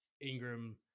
Ingram